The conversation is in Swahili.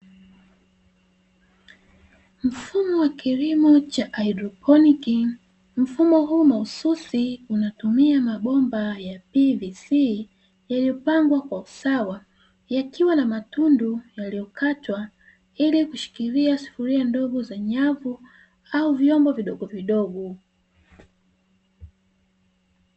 Mfumo wa kilimo cha haidroponi, mfumo huu mahususi unatumia mabomba ya "pvc", yaliyopangwa kwa usawa yakiwa na matundu yaliyokatwa ili kushikilia sufuria ndogo za nyavu, au vyombo vidogovidogo.